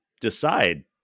decide